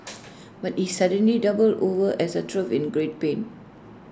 but he suddenly doubled over as though in great pain